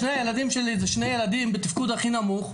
שני הילדים שלי זה שני ילדים בתפקוד הכי נמוך.